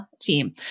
team